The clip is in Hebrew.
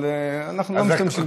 אבל אנחנו לא משתמשים בזה.